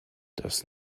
das